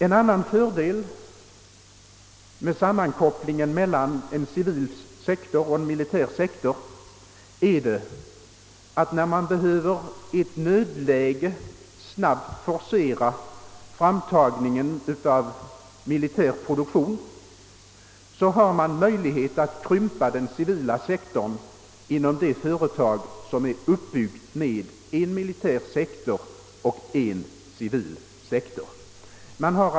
En annan fördel med sammankopplingen mellan en civil och en militär sektor är att när man i ett nödläge snabbt behöver forcera en militär produktion har man möjlighet att krympa den civila sektorn inom det företag som är uppbyggt med dels en militär och dels en civil sektor.